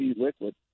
Liquid